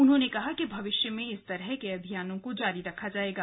उन्होंने कहा कि भविष्य में इस तरह के अभियानों को जारी रखा जाएगा